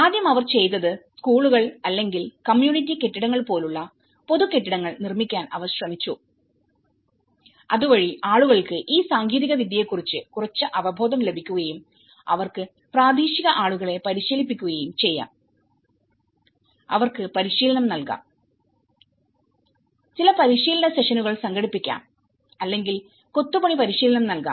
ആദ്യം അവർ ചെയ്തത് സ്കൂളുകൾ അല്ലെങ്കിൽ കമ്മ്യൂണിറ്റി കെട്ടിടങ്ങൾ പോലുള്ള പൊതു കെട്ടിടങ്ങൾ നിർമ്മിക്കാൻ അവർ ശ്രമിച്ചു അതുവഴി ആളുകൾക്ക് ഈ സാങ്കേതികവിദ്യയെക്കുറിച്ച് കുറച്ച് അവബോധം ലഭിക്കുകയും അവർക്ക് പ്രാദേശിക ആളുകളെ പരിശീലിപ്പിക്കുകയും ചെയ്യാം അവർക്ക് പരിശീലനം നൽകാം ചില പരിശീലന സെഷനുകൾ സങ്കടിപ്പിക്കാം അല്ലെങ്കിൽ കൊത്തുപണി പരിശീലനം നൽകാം